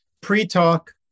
pre-talk